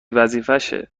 وظیفشه